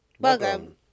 Welcome